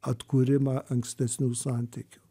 atkūrimą ankstesnių santykių